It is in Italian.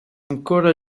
ancora